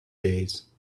days